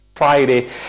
Friday